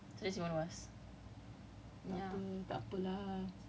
ya but now it's like a combination of both so it's even worse